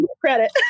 credit